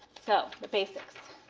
so the basics.